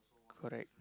correct